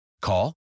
Call